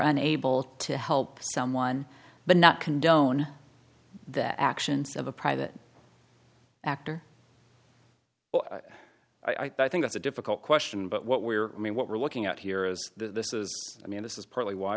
unable to help someone but not condone that actions of a private actor well i think that's a difficult question but what we're mean what we're looking at here is this is i mean this is partly why